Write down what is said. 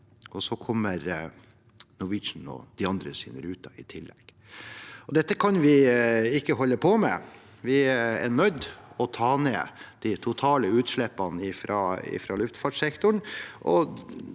så kommer Norwegians og de andres ruter i tillegg. Dette kan vi ikke holde på med. Vi er nødt til å ta ned de totale utslippene fra luftfartssektoren.